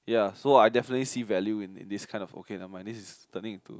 so I definitely see value in in this kind okay never mind this is turning into